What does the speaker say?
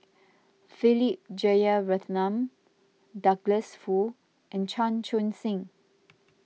Philip Jeyaretnam Douglas Foo and Chan Chun Sing